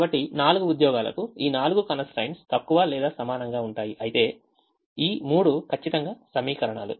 కాబట్టి 4 ఉద్యోగాలకు ఈ నాలుగు constraints తక్కువ లేదా సమానంగా ఉంటాయి అయితే ఈ 3 ఖచ్చితంగా సమీకరణాలు